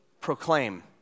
proclaim